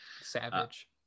savage